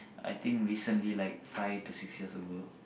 I think recently like five to six years ago